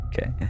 Okay